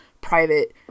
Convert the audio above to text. private